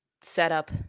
Setup